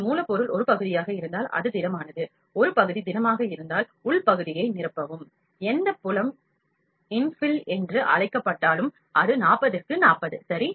உங்கள் மூலப்பொருள் ஒரு பகுதியாக இருந்தால் அது திடமானது ஒரு பகுதி திடமாக இருந்தால் உள் பகுதியை நிரப்பவும் எந்த புலம் இன்ஃபில் என்று அழைக்கப்பட்டாலும் அது 40 திற்கு 40 சரி